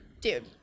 Dude